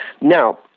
now